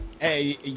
Hey